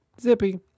Zippy